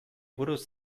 buruz